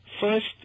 First